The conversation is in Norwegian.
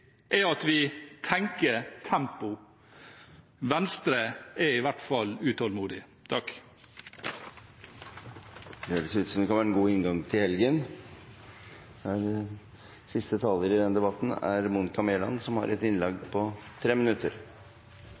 er at vi tenker tempo. Venstre er i hvert fall utålmodig. Det høres ut som det kan være en god inngang til helgen. Takk til interpellanten for å ta opp et viktig spørsmål. Vi er enige om at vi har